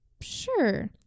sure